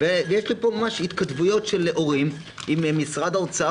ויש לי פה ממש התכתבויות של הורים עם משרד האוצר,